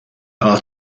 are